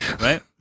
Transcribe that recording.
right